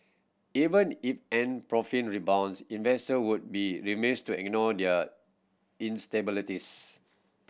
even if Ant profit rebounds investor would be remiss to ignore their instabilities